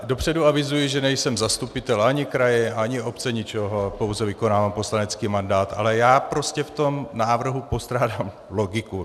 Dopředu avizuji, že nejsem zastupitel ani kraje, ani obce, ničeho, pouze vykonávám poslanecký mandát, ale já prostě v tom návrhu postrádám logiku.